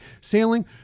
sailing